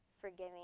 forgiving